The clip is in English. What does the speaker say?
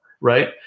Right